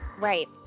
Right